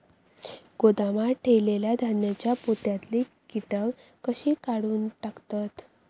गोदामात ठेयलेल्या धान्यांच्या पोत्यातले कीटक कशे काढून टाकतत?